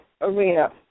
arena